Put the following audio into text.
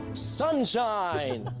sunshine!